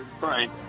right